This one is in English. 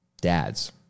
dads